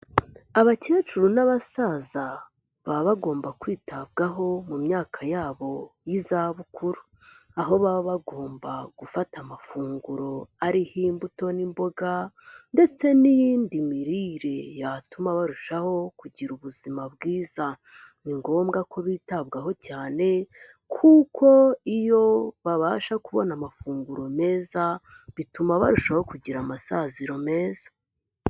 Abakecuru n'abasaza baba bagomba kwitabwaho mu myaka yabo y'izabukuru. Aho baba bagomba gufata amafunguro ariho imbuto n'imboga, ndetse n'iyindi mirire yatuma barushaho kugira ubuzima bwiza. Ni ngombwa ko bitabwaho cyane, kuko iyo babasha kubona amafunguro meza, bituma barushaho kugira amasaziro meza.